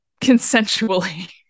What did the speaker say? consensually